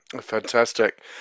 Fantastic